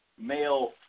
male